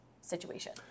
situation